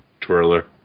twirler